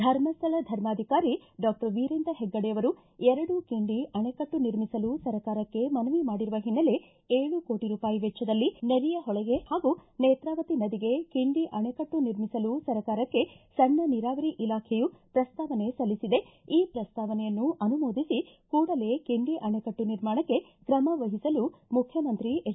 ಧರ್ಮಸ್ಥಳ ಧರ್ಮಾಧಿಕಾರಿ ಡಾಕ್ಟರ್ ವೀರೇಂದ್ರ ಹೆಗ್ಗಡೆಯವರು ಎರಡು ಕಿಂಡಿ ಅಣಿಕಟ್ಟು ನಿರ್ಮಿಸಲು ಸರ್ಕಾರಕ್ಕೆ ಮನವಿ ಮಾಡಿರುವ ಹಿನ್ನೆಲೆ ಏಳು ಕೋಟ ರೂಪಾಯಿ ವೆಚ್ಚದಲ್ಲಿ ನೆರಿಯ ಹೊಳೆಗೆ ಹಾಗೂ ನೇತ್ರಾವತಿ ನದಿಗೆ ಕಿಂಡಿ ಅಣೆಕಟ್ಟು ನಿರ್ಮಿಸಲು ಸರ್ಕಾರಕ್ಕೆ ಸಣ್ಣ ನೀರಾವರಿ ಇಲಾಖೆಯು ಪ್ರಸ್ತಾವನೆ ಸಲ್ಲಿಸಿದೆ ಈ ಪ್ರಸ್ತಾವನೆಯನ್ನು ಅನುಮೋದಿಸಿ ಕೂಡಲೇ ಕಿಂಡಿ ಅಣೆಕಟ್ಟು ನಿರ್ಮಾಣಕ್ಕೆ ಕ್ರಮ ವಹಿಸಲು ಮುಖ್ಯಮಂತ್ರಿ ಎಚ್